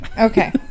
Okay